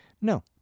No